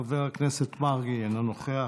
חבר הכנסת מרגי, אינו נוכח.